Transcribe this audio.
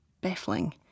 baffling